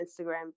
Instagram